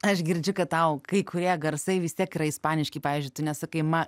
aš girdžiu kad tau kai kurie garsai vis tiek yra ispaniški pavyzdžiui tu nesakai ma